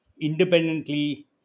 independently